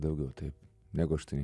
daugiau taip negu aštuoni